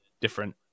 Different